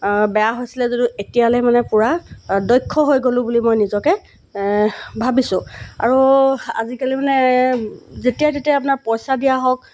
বেয়া হৈছিলে যদিও এতিয়ালৈ মানে পূৰা দক্ষ হৈ গ'লোঁ বুলি মই নিজকে ভাবিছোঁ আৰু আজিকালি মানে যেতিয়াই তেতিয়া আপোনাৰ পইচা দিয়া হওক